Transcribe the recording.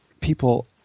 people